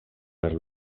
per